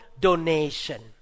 donation